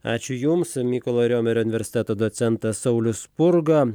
ačiū jums mykolo riomerio universiteto docentas saulius spurga